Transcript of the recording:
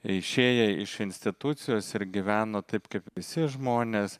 išėję iš institucijos ir gyveno taip kaip visi žmonės